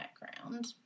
background